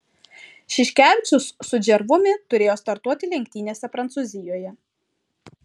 šiškevičius su džervumi turėjo startuoti lenktynėse prancūzijoje